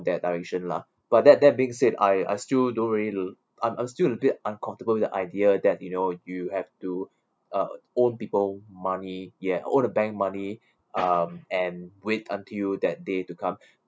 that direction lah but that that being said I I still don't really l~ I'm I'm still a bit uncomfortable with the idea that you know you have to uh owe people money ya owe the bank money um and wait until that day to come